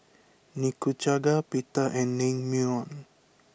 Nikujaga Pita and Naengmyeon